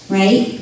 right